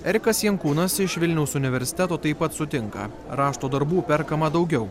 erikas jankūnas iš vilniaus universiteto taip pat sutinka rašto darbų perkama daugiau